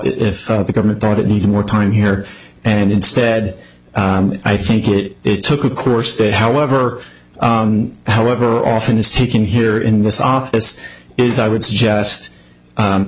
if the government thought it needed more time here and instead i think it it took a course they however however often is taken here in this office is i would suggest